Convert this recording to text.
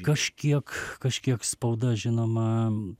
kažkiek kažkiek spauda žinoma